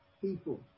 people